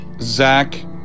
zach